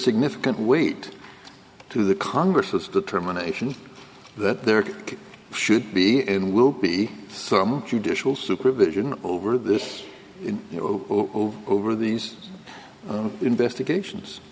significant weight to the congress's determination that there should be and will be some judicial supervision over this over these investigations